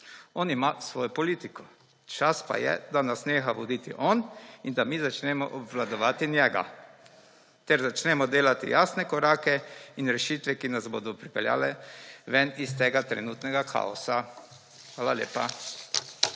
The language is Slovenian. on ima svojo politiko. Čas pa je, da nas neha voditi on in da mi začnemo obvladovati njega ter začnemo delati jasne korake in rešitve, ki nas bodo pripeljale ven iz tega trenutnega kaosa. Hvala lepa.